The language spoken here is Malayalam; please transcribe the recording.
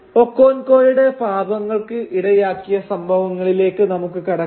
ഒക്കോൻക്കോയുടെ പാപങ്ങൾക്ക് ഇടയാക്കിയ സംഭവങ്ങളിലേക്ക് നമുക്ക് കടക്കാം